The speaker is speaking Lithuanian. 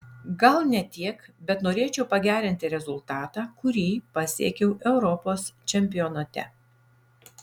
gal ne tiek bet norėčiau pagerinti rezultatą kurį pasiekiau europos čempionate